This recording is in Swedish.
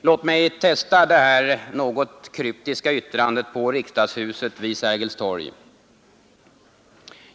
Låt mig testa det här något kryptiska yttrandet på riksdagshuset vid Sergels torg.